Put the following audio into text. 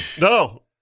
No